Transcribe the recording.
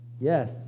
Yes